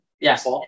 Yes